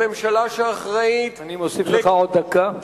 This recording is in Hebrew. הממשלה שאחראית, אני מוסיף לך עוד דקה.